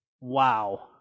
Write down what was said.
wow